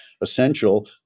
Essential